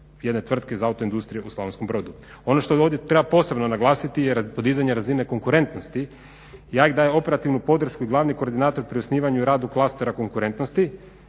jedne tvrtke iz autoindustrije u Slavonskom Brodu. Ono što ovdje treba posebno naglasiti je radi podizanja razine konkurentnosti …/Govornik se ne razumije./… daje operativnu podršku i glavni koordinator pri osnivanju i radu klastera konkurentnosti.